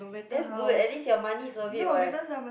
that's good at least your money's worth it what